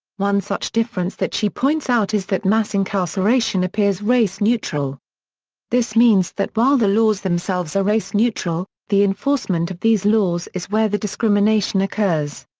one such difference that she points out is that mass incarceration appears race-neutral. this means that while the laws themselves are race-neutral, the enforcement of these laws is where the discrimination occurs.